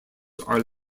are